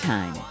Time